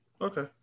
Okay